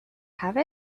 have